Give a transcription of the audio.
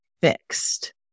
fixed